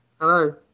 hello